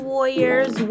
Warriors